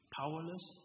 powerless